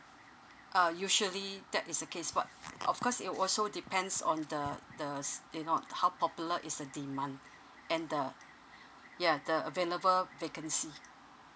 uh usually that is the case but of course it also depends on the the s~ you know the how popular is the demand and the ya the available vacancy